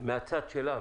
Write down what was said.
מן הצד שלה,